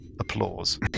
applause